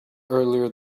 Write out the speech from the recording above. earlier